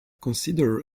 consider